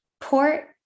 port